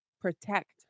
protect